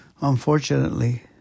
Unfortunately